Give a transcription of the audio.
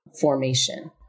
formation